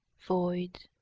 void,